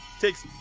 takes